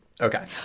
Okay